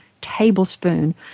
tablespoon